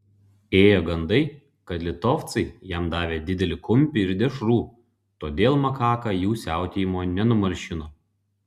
ėjo gandai kad litovcai jam davė didelį kumpį ir dešrų todėl makaka jų siautėjimo nenumalšino